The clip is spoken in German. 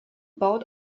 baut